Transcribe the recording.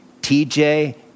TJ